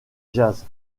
jazz